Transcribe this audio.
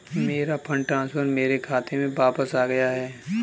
मेरा fund transfer मेरे खाते में वापस आ गया है